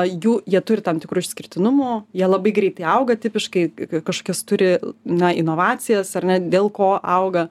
jų jie turi tam tikrų išskirtinumų jie labai greitai auga tipiškai kažkokias turi na inovacijas ar ne dėl ko auga